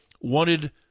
wanted